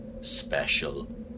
special